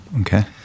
Okay